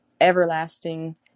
everlasting